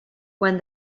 when